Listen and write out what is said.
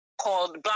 called